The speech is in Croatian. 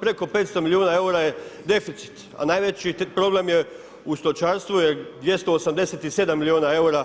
Preko 500 milijuna eura je deficit, a najveći problem je u stočarstvu, jer 287 milijuna eura